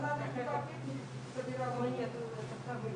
עברה בבית החולים בצפת כימותרפיה